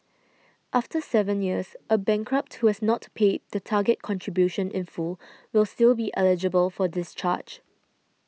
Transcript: after seven years a bankrupt who has not paid the target contribution in full will still be eligible for discharge